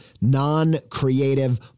non-creative